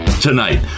tonight